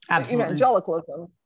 evangelicalism